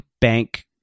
bank